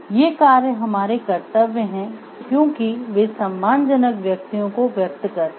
ये कार्य हमारे कर्तव्य हैं क्योंकि वे सम्मानजनक व्यक्तियों को व्यक्त करते हैं